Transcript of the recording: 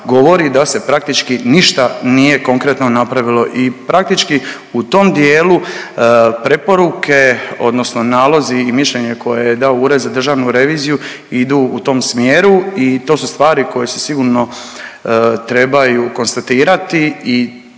da se praktički ništa nije konkretno napravilo i praktički u tom dijelu preporuke, odnosno nalozi i mišljenje koje je dao Ured za državnu reviziju Ured za državnu reviziju idu u tom smjeru i to su stvari koje se sigurno trebaju konstatirati i